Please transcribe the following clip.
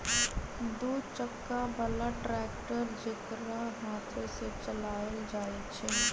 दू चक्का बला ट्रैक्टर जेकरा हाथे से चलायल जाइ छइ